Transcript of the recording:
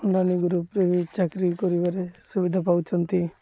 ଅନ୍ୟାନ୍ୟ ଗ୍ରୁପ୍ରେ ବି ଚାକିରୀ କରିବାରେ ସୁବିଧା ପାଉଛନ୍ତି